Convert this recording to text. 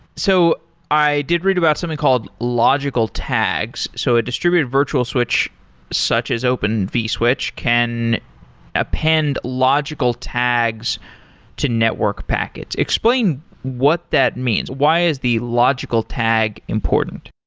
so i did read about something called logical tags. so a distributed virtual which such as open vswitch can append logical tags to network packets. explain what that means. why is the logical tag important?